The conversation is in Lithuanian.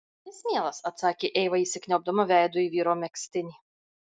jis mielas atsakė eiva įsikniaubdama veidu į vyro megztinį